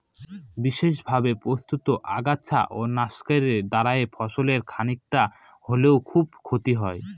বিশেষভাবে প্রস্তুত আগাছা নাশকের দ্বারা ফসলের খানিকটা হলেও খুব ক্ষতি হয় না